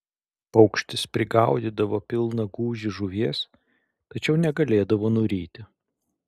paukštis prigaudydavo pilną gūžį žuvies tačiau negalėdavo nuryti